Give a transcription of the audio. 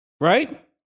right